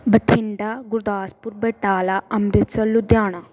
Bathinda Gurdaspur Batala Amritsar Ludhiana